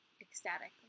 ecstatic